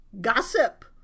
gossip